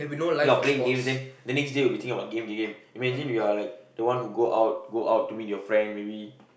you're playing games then then next day you will be thinking about game game game imagine you are like go out go out to meet your friend maybe